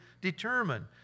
determined